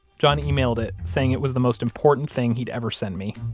john emailed it, saying it was the most important thing he'd ever send me.